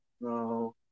No